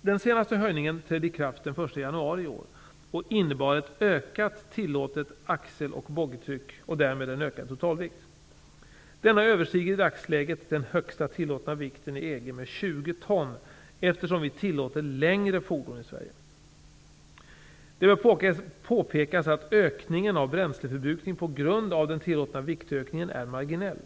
Den senaste höjningen trädde i kraft den 1 januari i år och innebar ett ökat tillåtet axel och boggitryck och därmed en ökad totalvikt. Denna överstiger i dagsläget den högsta tillåtna vikten i EG med 20 ton, eftersom vi tillåter längre fordon i Sverige. Det bör påpekas att ökningen av bränsleförbrukning på grund av den tillåtna viktökningen är marginell.